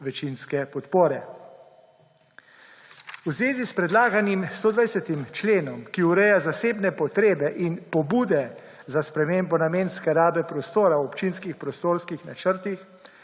večinske podpore. V zvezi s predlaganim 120. členom, ki ureja zasebne potrebe in pobude za spremembo namenske rabe prostora v občinskih prostorskih načrtih,